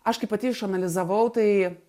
aš kai pati išanalizavau tai